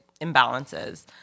imbalances